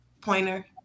pointer